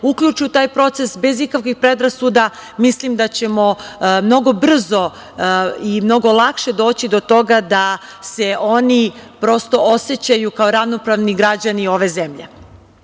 uključi u taj proces, bez ikakvih predrasuda, mislim da ćemo mnogo brzo i mnogo lakše doći do toga da se oni prosto osećaju kao ravnopravni građani ove zemlje. Jedna